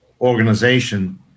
Organization